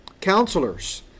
counselors